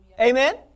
Amen